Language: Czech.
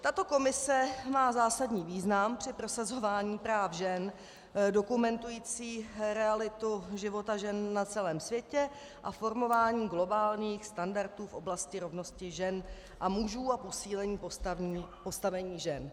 Tato komise má zásadní význam při prosazování práv žen, dokumentující realitu života žen na celém světě a formování globálních standardů v oblasti rovnosti žen a mužů a posílení postavení žen.